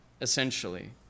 essentially